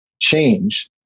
change